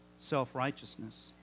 self-righteousness